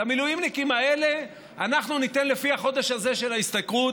למילואימניקים האלה אנחנו ניתן לפי החודש הזה של ההשתכרות,